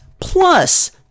plus